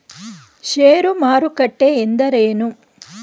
ಷೇರು ಮಾರುಕಟ್ಟೆ ಎಂದರೇನು?